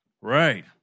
Right